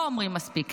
לא אומרים מספיק.